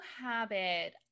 habit